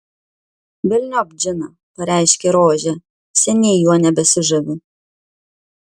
velniop džiną pareiškė rožė seniai juo nebesižaviu